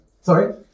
Sorry